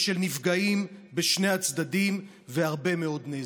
ושל נפגעים בשני הצדדים והרבה מאוד נזק.